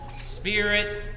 Spirit